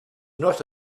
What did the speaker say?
not